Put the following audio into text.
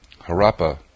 Harappa